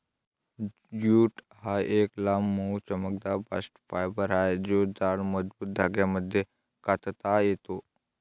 jute हा एक लांब, मऊ, चमकदार बास्ट फायबर आहे जो जाड, मजबूत धाग्यांमध्ये कातता येतो